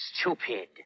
stupid